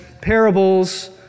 parables